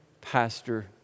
Pastor